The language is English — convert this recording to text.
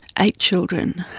eight children,